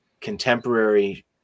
contemporary